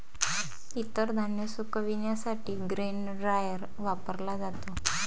इतर धान्य सुकविण्यासाठी ग्रेन ड्रायर वापरला जातो